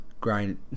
Grind